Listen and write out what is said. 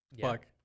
Fuck